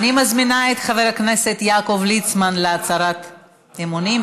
אני מזמינה את חבר הכנסת יעקב ליצמן להצהרת אמונים.